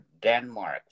Denmark